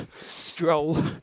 stroll